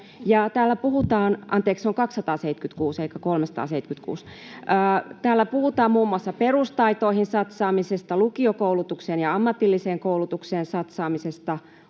Täällä puhutaan muun muassa perustaitoihin satsaamisesta, lukiokoulutukseen ja ammatilliseen koulutukseen satsaamisesta,